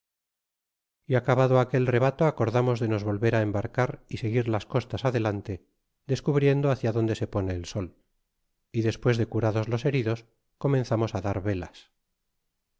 y acabado aquel rebato acordamos de nos volver embarcar y seguir las costas adelante descubriendo hacia donde se pone el sol y despues de curados los heridos comenzamos dar velas